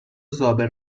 زابه